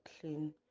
clean